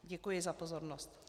Děkuji za pozornost.